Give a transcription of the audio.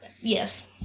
Yes